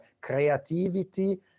creativity